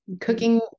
cooking